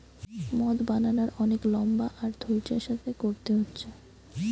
মদ বানানার অনেক লম্বা আর ধৈর্য্যের সাথে কোরতে হচ্ছে